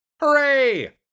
Hooray